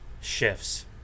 shifts